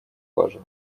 важен